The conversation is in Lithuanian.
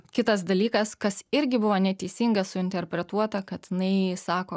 kitas dalykas kas irgi buvo neteisingai suinterpretuota kad jinai sako